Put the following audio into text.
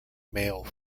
male